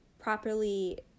properly